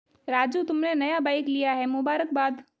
राजू तुमने नया बाइक लिया है मुबारकबाद